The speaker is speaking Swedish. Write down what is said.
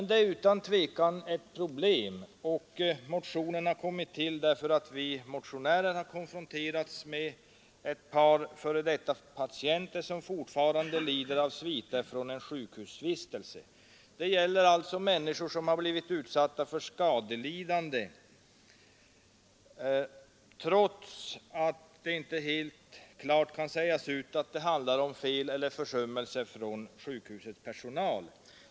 Dock är detta ett problem, och motionen har tillkommit därför att vi motionärer har konfronterats med ett par före detta patienter, som fortfarande lider av sviter från en sjukhusvistelse. Det gäller alltså människor som har blivit utsatta för skadelidande, trots att det inte klart kan sägas ut att skadan vållats av fel eller försummelse från sjukhusets personal.